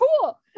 cool